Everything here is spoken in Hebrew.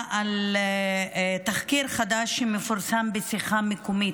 על תחקיר חדש שמפורסם ב"שיחה מקומית".